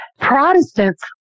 Protestants